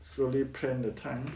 slowly plan the time